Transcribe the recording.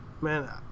Man